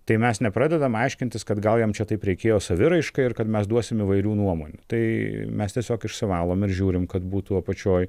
tai mes nepradedam aiškintis kad gal jam čia taip reikėjo saviraiškai ir kad mes duosim įvairių nuomonių tai mes tiesiog išsivalom ir žiūrim kad būtų apačioj